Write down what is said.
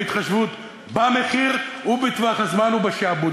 בהתחשבות במחיר ובטווח הזמן ובשעבוד.